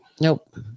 nope